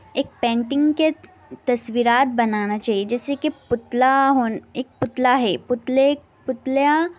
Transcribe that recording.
ایک پینٹنگ کے تصویرات بنانا چاہیے جیسا کہ پتلا ہونا ایک پتلا ہے پتلے پتلا